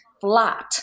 flat